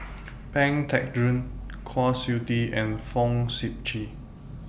Pang Teck Joon Kwa Siew Tee and Fong Sip Chee